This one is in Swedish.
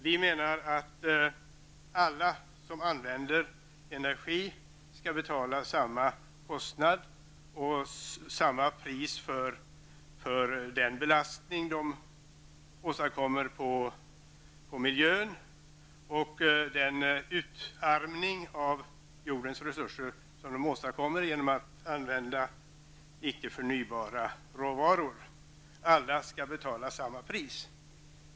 Vi menar att alla som använder energi skall betala samma kostnad och samma pris för den belastning som de åstadkommer på miljön och den utarmning av jordens resurser som de åstadkommer genom att använda icke förnybara råvaror.